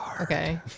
Okay